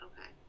okay